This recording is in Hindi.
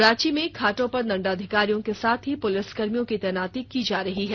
रांची में घाटों पर दंडाघिकारियों के साथ पुलिसकर्मियों की तैनाती की जा रही है